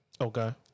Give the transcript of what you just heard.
Okay